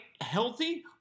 Healthy